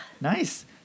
Nice